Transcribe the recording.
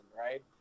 right